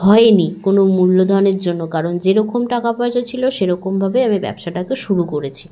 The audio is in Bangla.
হয় নি কোনো মূল্যধনের জন্য কারণ যেরকম টাকা পয়সা ছিল সেরকমভাবেই আমি ব্যবসাটাকে শুরু করেছি